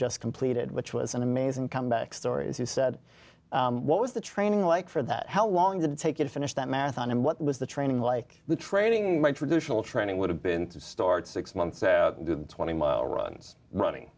just completed which was an amazing comeback story as you said what was the training like for that how long did it take it finish that math and what was the training like the training my traditional training would have been to dart six months a twenty mile runs